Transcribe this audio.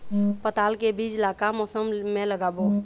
पताल के बीज ला का मौसम मे लगाबो?